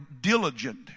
diligent